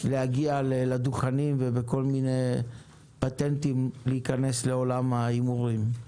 להגיע לדוכנים ובכל מיני פטנטים להיכנס לעולם ההימורים.